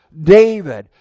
David